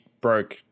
broke